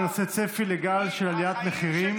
בנושא: צפי לגל של עליית מחירים,